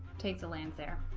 take the land there